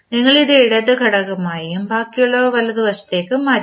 ഞങ്ങൾ ഇത് ഇടത് ഘടകമായും ബാക്കിയുള്ളവ വലതുവശത്തേക്കും മാറ്റി